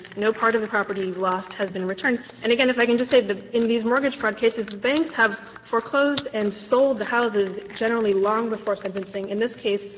no part of the property you've lost has been returned. and, again, if i can just say that in these mortgage fraud cases, the banks have foreclosed and sold the houses generally long before sentencing in this case,